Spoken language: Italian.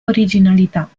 originalità